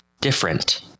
different